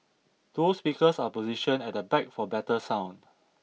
dual speakers are positioned at the back for better sound